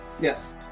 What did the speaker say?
Yes